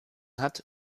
hat